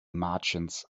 martians